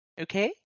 Okay